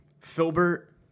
Filbert